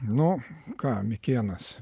nu ką mikėnas